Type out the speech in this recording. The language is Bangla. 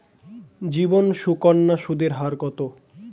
জীবন সুকন্যা সুদের হার কত?